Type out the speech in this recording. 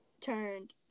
turned